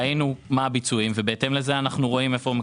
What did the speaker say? ראינו מה הביצועים ובהתאם לזה אנחנו רואים איפה.